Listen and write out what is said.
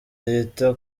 yita